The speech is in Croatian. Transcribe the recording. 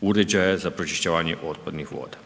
uređaje za pročišćavanje otpadnih voda.